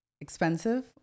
expensive